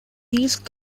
these